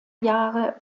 jahre